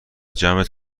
جمعت